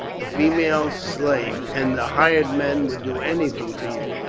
the female slave, and the hired men would do anything for you.